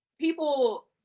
people